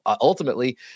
ultimately